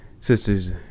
sisters